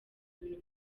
ibintu